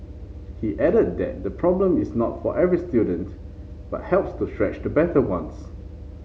he added that the problem is not for every student but helps to stretch the better ones